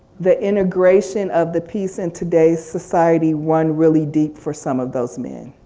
the integration of the piece in today's society one really deep for some of those men.